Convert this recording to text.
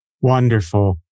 Wonderful